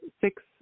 six